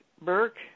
Burke